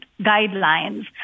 guidelines